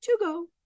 Togo